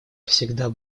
всегда